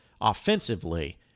offensively